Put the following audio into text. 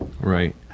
Right